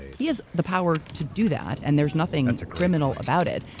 he has the power to do that and there's nothing and criminal about it,